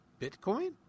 Bitcoin